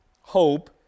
hope